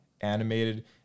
animated